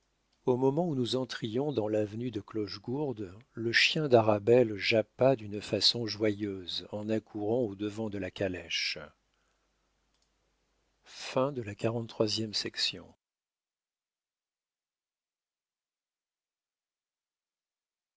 au moment où nous entrions dans l'avenue de clochegourde le chien d'arabelle jappa d'une façon joyeuse en accourant au-devant de la calèche